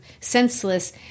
senseless